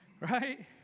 Right